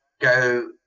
go